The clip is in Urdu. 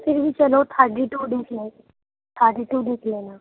پھر بھی چلو تھرٹی ٹو دیکھ لیں تھرٹی ٹو دیکھ لینا